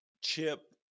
Chip